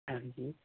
ਹਾਂਜੀ